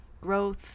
growth